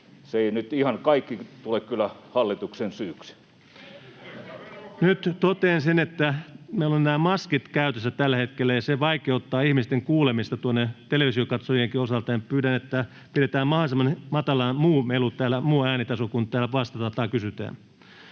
Kotiaho ps) Time: 16:03 Content: Nyt totean sen, että koska meillä on nämä maskit käytössä tällä hetkellä ja se vaikeuttaa ihmisten kuulemista televisionkatsojienkin osalta, pyydän, että pidetään mahdollisimman matalalla muu melu täällä, muu äänitaso, kun täällä vastataan tai kysytään.